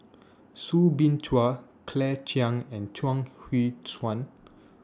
Soo Bin Chua Claire Chiang and Chuang Hui Tsuan